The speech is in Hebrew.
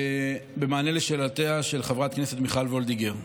במענה על שאלותיה של חברת הכנסת מיכל וולדיגר,